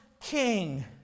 king